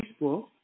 Facebook